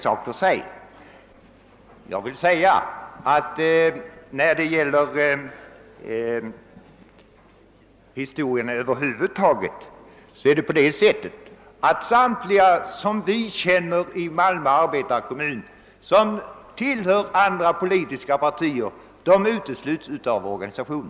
Jag vill också säga att samtliga i Malmö arbetarekommun som vi känner och som tillhör andra politiska partier utesluts ur vår organisation.